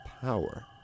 power